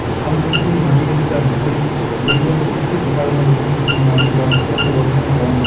হালকৃষিমাটিবিদ্যা হসে যেইটো পৌষ্টিক উপাদানের উপস্থিতি, মাটির বাস্তুতন্ত্র গবেষণা করাং হই